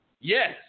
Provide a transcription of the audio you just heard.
yes